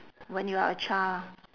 when you are a child